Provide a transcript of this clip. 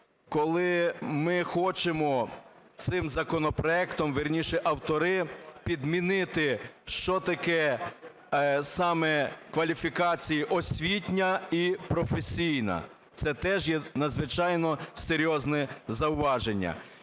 Коли ми хочемо цим законопроектом, вірніше, автори, підмінити, що таке саме кваліфікації "освітня" і "професійна". Це теж є надзвичайно серйозне зауваження.